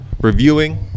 reviewing